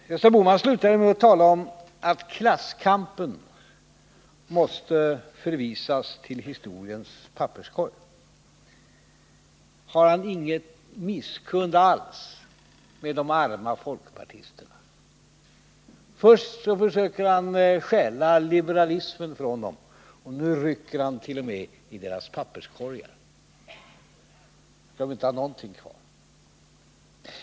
Gösta Bohman slutade med att tala om att klasskampen måste förvisas till historiens papperskorg. Har han ingen misskund alls med de arma folkpartisterna? Först försöker han stjäla liberalismen från dem och nu rycker hant.o.m. i deras papperskorgar. Skall de inte ha någonting kvar?